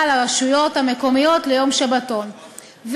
לרשויות המקומיות מיום בחירה ליום שבתון,